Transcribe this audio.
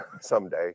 someday